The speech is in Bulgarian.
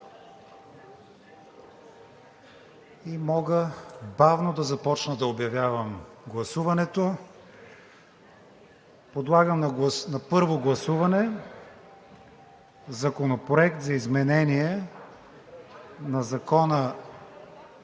и мога бавно да започна да обявявам гласуването. Подлагам на първо гласуване Законопроект за изменение…